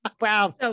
Wow